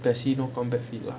P_E_S_C no combat fit lah